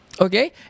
Okay